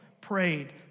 prayed